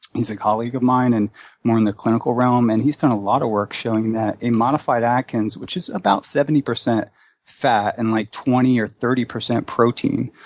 he's a colleague of mine and more in the clinical realm, and he's done a lot of work showing that a modified atkins, which is about seventy percent fat and like twenty or thirty percent protein,